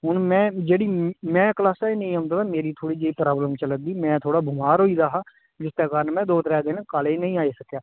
हून मैं जेह्ड़ी मैं क्लासै च नेईं औंदा ते मेरी थोह्ड़ी जेही प्राब्लेम चलै दी मैं थोह्ड़ा बमार होई गेदा हा इस्तै कारण मैं दो त्रै दिन कालेज नेईं आई सकेआ